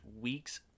week's